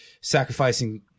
sacrificing